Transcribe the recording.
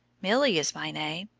milly is my name.